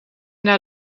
naar